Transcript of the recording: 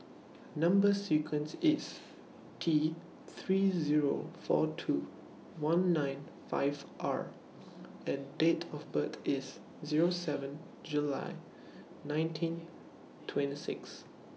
Number sequence IS T three Zero four two one nine five R and Date of birth IS Zero seven July nineteen twenty six